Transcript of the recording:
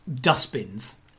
dustbins